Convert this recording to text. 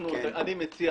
אני מציע,